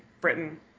Britain